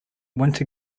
winter